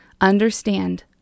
understand